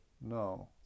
No